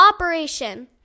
operation